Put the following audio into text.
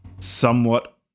Somewhat